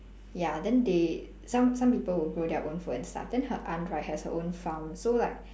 ya then they some some people will grow their own food and stuff then her aunt right has her own farm so like